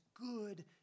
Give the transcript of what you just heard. good